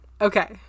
okay